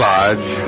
Lodge